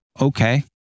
okay